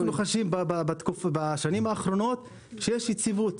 אנחנו חשים בשנים האחרונות שיש יציבות